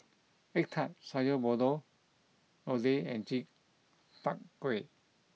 Egg Tart Sayur Lodeh and Chi Kak Kuih